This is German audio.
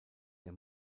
der